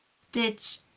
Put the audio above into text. Stitch